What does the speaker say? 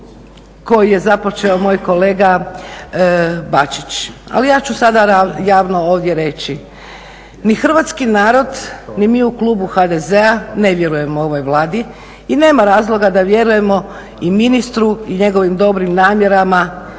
koju je započeo moj kolega Bačić, ali ja ću sada javno ovdje reći ni hrvatski narod ni mi u klubu HDZ-a ne vjerujemo ovoj Vladi i nema razloga da vjerujemo i ministru i njegovim dobrim namjerama